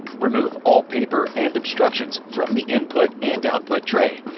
remove all paper and obstructions from the input and output tray.